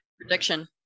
prediction